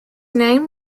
name